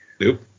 Nope